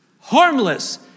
Harmless